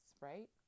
right